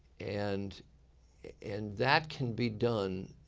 and and that can be done.